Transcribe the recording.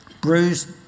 Bruised